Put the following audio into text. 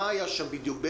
מה היה שם בדיוק.